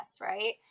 right